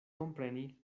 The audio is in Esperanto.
kompreni